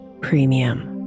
premium